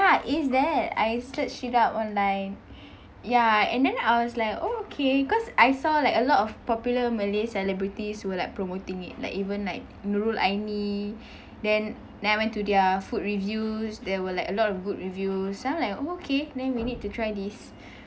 is that I searched it up online ya and then I was like oh okay because I saw like a lot of popular malay celebrities were like promoting it like even like nurul aini then then I went to their food reviews there were like a lot of good reviews sound like oh okay then we need to try this